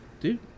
dude